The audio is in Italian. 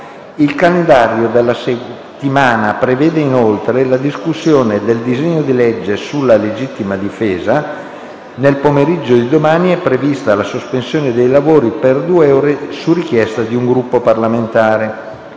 Il calendario della settimana prevede inoltre la discussione del disegno di legge sulla legittima difesa. Nel pomeriggio di domani è prevista la sospensione dei lavori per due ore su richiesta di un Gruppo parlamentare.